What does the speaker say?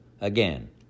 Again